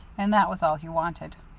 and that was all he wanted.